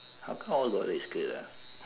how come all got red skirt ah